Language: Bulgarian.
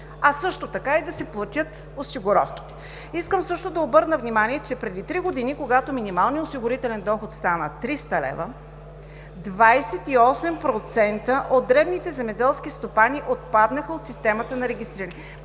а също така и да си платят осигуровките. Искам също да обърна внимание, че преди три години, когато минималният осигурителен доход стана 300 лв., 28% от дребните земеделски стопани отпаднаха от системата на регистриране.